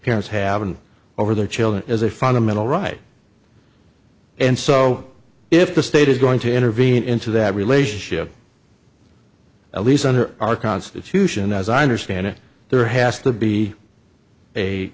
parents have and over their children is a fundamental right and so if the state is going to intervene into that relationship at least under our constitution as i understand it there has to be a